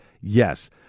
Yes